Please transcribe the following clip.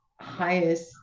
highest